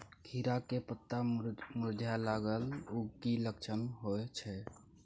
खीरा के पत्ता मुरझाय लागल उ कि लक्षण होय छै?